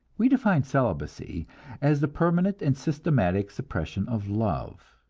we define celibacy as the permanent and systematic suppression of love.